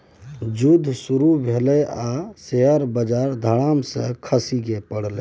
जुद्ध शुरू भेलै आ शेयर बजार धड़ाम सँ खसि पड़लै